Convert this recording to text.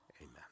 amen